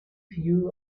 few